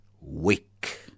week